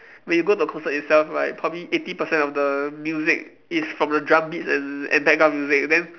when you go to concert itself right probably eighty percent of the music is from the drum beats and and background music then